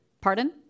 Pardon